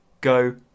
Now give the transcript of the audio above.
go